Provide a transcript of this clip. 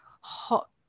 hot